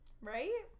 Right